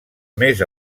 més